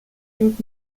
nimmt